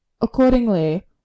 Accordingly